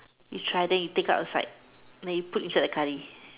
you try then you take out side then you put inside the curry